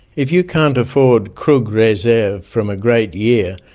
if you can't afford krug reserve from a great year,